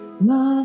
love